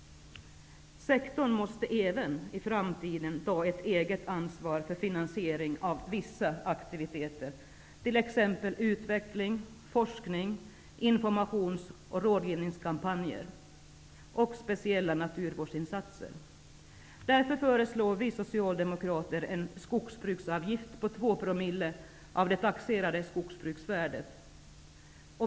Sektorn måste även i framtiden ta ett eget ansvar för finansiering av vissa aktiviteter, t.ex. utveckling, forskning, informations och rådgivningskampanjer och speciella naturvårdsinsatser. Därför föreslår vi socialdemokrater en skogsbruksavgift på 2 promille av det taxerade skogsbruksvärdet.